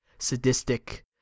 sadistic